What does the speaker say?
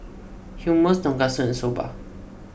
Hummus Tonkatsu and Soba